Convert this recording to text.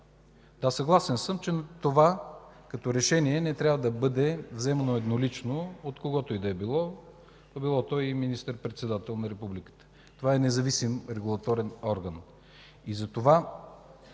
Да, съгласен съм, че това като решение не трябва да бъде вземано еднолично от когото и да било, та било то и министър-председател на Републиката. Това е независим регулаторен орган.